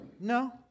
No